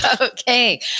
Okay